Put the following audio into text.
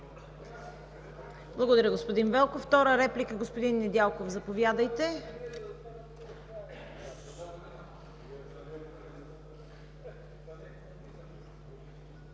Благодаря, господин Велков. Втора реплика – господин Недялков. Заповядайте.